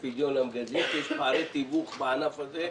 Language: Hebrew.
ופדיון למגדלים, כי יש פערי תיווך בענף הזה,